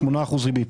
8% ריבית.